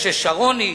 משה שרוני,